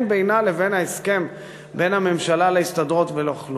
בינה לבין ההסכם בין הממשלה להסתדרות ולא כלום.